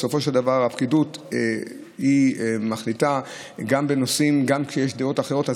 בסופו של דבר הפקידות מחליטה גם בנושאים שיש בהם דעות אחרות.